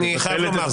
אני חייב לומר.